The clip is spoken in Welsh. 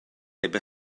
heb